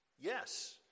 yes